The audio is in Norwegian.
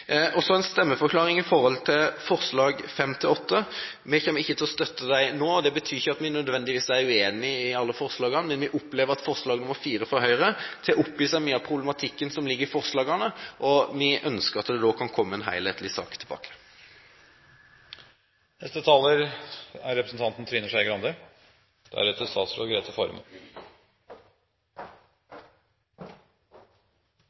Så en stemmeforklaring i forbindelse med forslagene nr. 5–8. Vi kommer ikke til å støtte de forslagene nå. Det betyr ikke at vi nødvendigvis er uenig i alle forslagene, men vi opplever at forslag nr. 4, fra Høyre, tar opp i seg mye av problematikken som ligger i forslagene, og vi ønsker at det kan komme en helhetlig sak tilbake. Det er